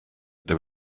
there